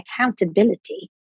accountability